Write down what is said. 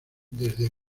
desde